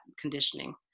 conditioning